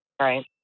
Right